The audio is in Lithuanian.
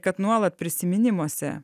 kad nuolat prisiminimuose